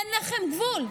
אין לכם גבול.